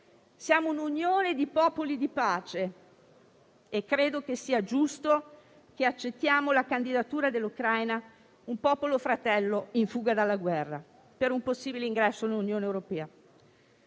Siamo un'Unione di popoli di pace e credo sia giusto accettare la candidatura dell'Ucraina, un popolo fratello in fuga dalla guerra, per un possibile ingresso nell'Unione europea.